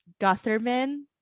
Gutherman